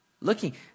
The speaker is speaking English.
Looking